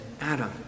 Adam